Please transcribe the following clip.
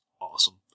awesome